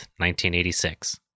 1986